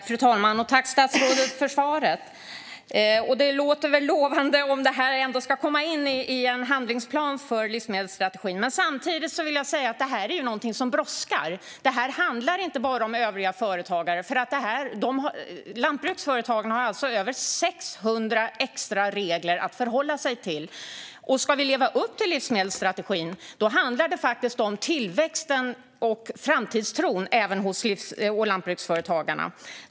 Fru talman! Tack, statsrådet, för svaret! Det låter väl lovande att det här ändå ska komma in i en handlingsplan för livsmedelsstrategin. Samtidigt vill jag säga att detta är något som brådskar. Det handlar inte bara om övriga företagare. Lantbruksföretagen har alltså över 600 extra regler att förhålla sig till. Ska vi leva upp till livsmedelsstrategin handlar det faktiskt om tillväxten och framtidstron även hos livsmedels och lantbruksföretagarna.